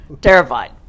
Terrified